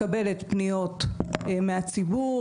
מקבלת פניות מהציבור,